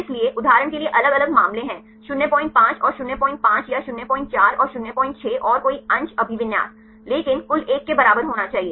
इसलिए उदाहरण के लिए अलग अलग मामले हैं 05 और 05 या 04 और 06 और कोई अंश अभिविन्यास लेकिन कुल 1 के बराबर होना चाहिए